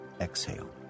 exhale